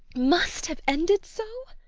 must have ended so!